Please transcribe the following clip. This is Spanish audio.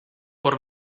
por